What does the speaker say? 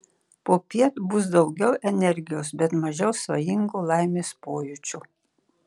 popiet bus daugiau energijos bet mažiau svajingo laimės pojūčio